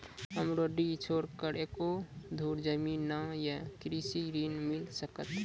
हमरा डीह छोर एको धुर जमीन न या कृषि ऋण मिल सकत?